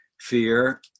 fear